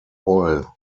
oil